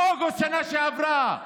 באוגוסט שנה שעברה.